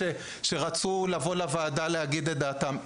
שרצו לבוא לוועדה כדי להגיד את דעתם.